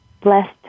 Blessed